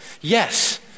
yes